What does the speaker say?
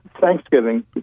Thanksgiving